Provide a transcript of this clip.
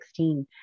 2016